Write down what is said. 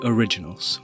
Originals